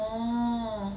orh